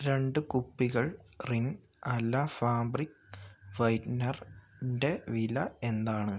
രണ്ട് കുപ്പികൾ റിൻ ആല ഫാബ്രിക് വൈറ്റ്നറിന്റെ വില എന്താണ്